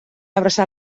abraçar